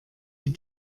die